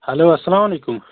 hello اسلام علیکُم